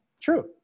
true